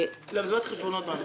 לא, אני מדברת על חשבונות בנק.